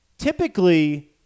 Typically